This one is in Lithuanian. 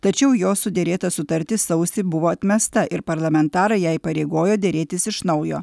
tačiau jos suderėta sutartis sausį buvo atmesta ir parlamentarai ją įpareigojo derėtis iš naujo